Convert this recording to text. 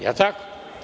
Jel tako?